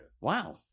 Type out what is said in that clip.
Wow